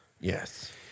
Yes